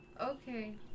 okay